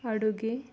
ಅಡುಗೆ